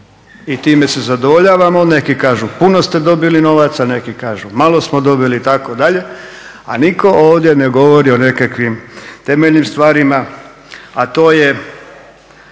i time se zadovoljavamo. Neki kažu puno ste dobili novaca, neki kažu malo smo dobili itd., a nitko ovdje ne govori o nekakvim temeljnim stvarima, a to je